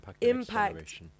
impact